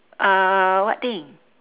uh what thing